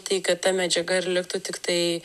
tai kad ta medžiaga ir liktų tiktai